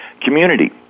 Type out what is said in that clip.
community